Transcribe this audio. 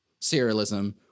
serialism